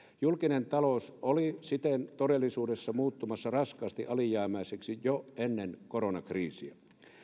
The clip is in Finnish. julkinen talous oli siten todellisuudessa muuttumassa raskaasti alijäämäiseksi jo ennen koronakriisiä